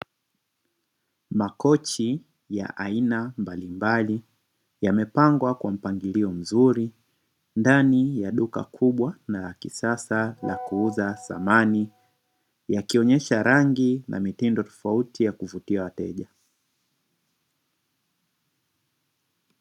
Makochi ya aina mbalimbali yamepangwa kwa mpangilio mzuri ndani ya duka kubwa na la kisasa la kuuza samani, yakionyesha rangi na mitindo tofauti ya kuvutia wateja.